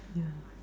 ya